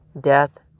death